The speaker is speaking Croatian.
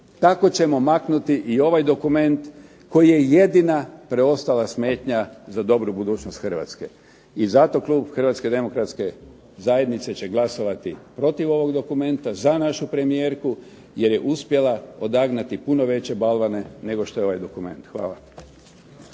tako ćemo maknuti i ovaj dokument koji je jedina preostala smetnja za dobru budućnost Hrvatske. I zato klub HDZ-a će glasovati protiv ovog dokumenta, za našu premijerku jer je uspjela odagnati puno veće balvane nego što je ovaj dokument. Hvala.